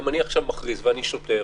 אם אני עכשיו מכריז ואני שוטר,